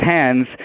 hands